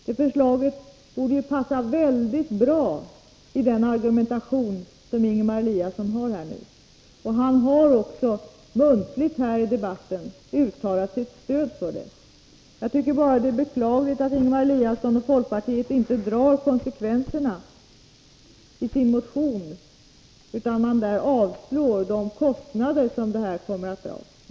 Det förslaget borde passa väldigt bra i den argumentation som Ingemar Eliasson har fört här nu. Han har också i debatten uttalat sitt stöd för detta förslag. Jag tycker bara att det är beklagligt att inte Ingemar Eliasson och folkpartiet drar konsekvenserna i sin motion, utan där avslår de kostnader som det här drar.